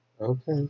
Okay